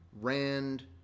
Rand